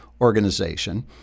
organization